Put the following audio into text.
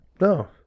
No